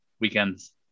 weekends